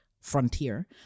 frontier